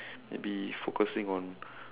maybe focusing on